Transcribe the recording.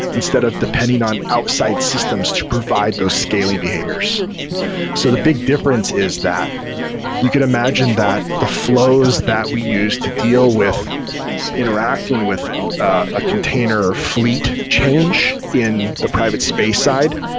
instead of depending on outside systems to provide those scaling behaviors so the big difference is that you could imagine that the flows that we use to deal with interacting with a container fleet change in the private space side,